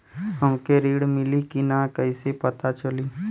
हमके ऋण मिली कि ना कैसे पता चली?